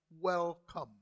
welcome